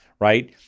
right